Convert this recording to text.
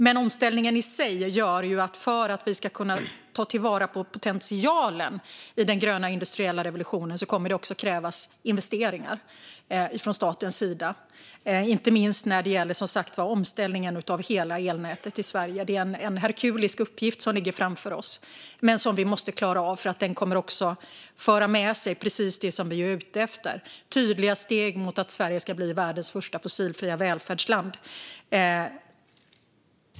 Men omställningen i sig gör att det, för att vi ska kunna ta till vara potentialen i den gröna industriella revolutionen, också kommer att krävas investeringar från statens sida, inte minst när det gäller omställningen av hela elnätet i Sverige. Det är en herkulisk uppgift som ligger framför oss som vi måste klara av eftersom den kommer att föra med sig precis det som vi är ute efter, nämligen tydliga steg mot att Sverige ska bli världens första fossilfria välfärdsland.